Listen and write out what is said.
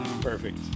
perfect